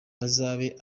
bazabe